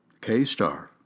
K-Star